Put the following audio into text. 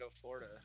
florida